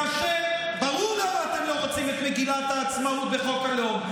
כאשר ברור למה אתם לא רוצים את מגילת העצמאות בחוק הלאום,